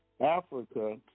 Africa